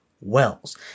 Wells